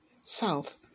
south